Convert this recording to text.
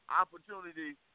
opportunity